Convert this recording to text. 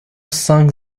cinq